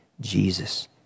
Jesus